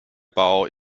bau